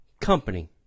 company